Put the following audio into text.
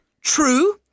true